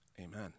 amen